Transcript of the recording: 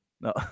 No